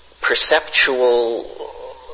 perceptual